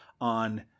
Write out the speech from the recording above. on